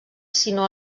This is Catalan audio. sinó